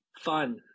Fun